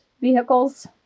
vehicles